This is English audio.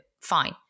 fine